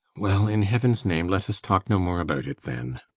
well, in heaven's name, let us talk no more about it then.